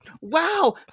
Wow